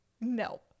no